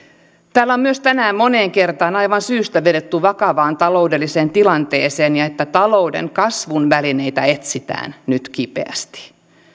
täällä on myös tänään moneen kertaan aivan syystä vedottu vakavaan taloudelliseen tilanteeseen ja sanottu että talouden kasvun välineitä etsitään nyt kipeästi